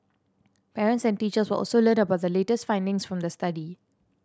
parents and teachers will also learnt about the latest findings from the study